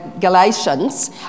Galatians